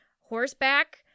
horseback